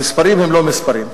המספרים הם לא מספרים.